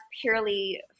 purely